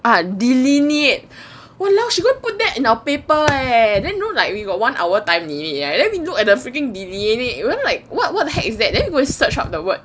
ah delineate !walao! she go and put that in our paper leh then like you know we got one hour time limit right then we look at the freaking delineate then like what what the heck is that then we go and searched out the word